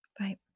Right